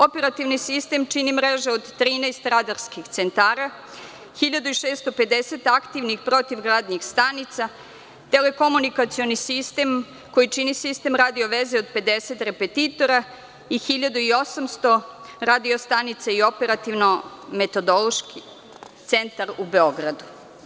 Operativni sistem čini mreža od 13 radarskih centara, 1.650 aktivnih protivgradnih stanica, telekomunikacioni sistem, koji čini sistem radi veze od 50 repetitora i 1.800 radio stanica i operativno-metodološki centar u Beogradu.